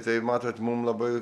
tai matot mum labai